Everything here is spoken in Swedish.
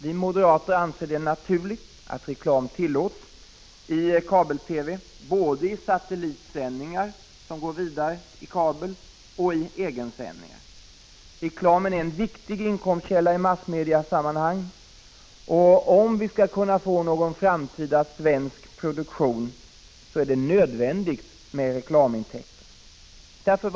Vi moderater anser det naturligt att reklam tillåts i kabel-TV, både i satellitoch egensändningar. Reklam är en viktig inkomstkälla i massmediesammanhang, och om vi skall kunna få någon framtida egen svensk produktion är det nödvändigt med reklamintäkter.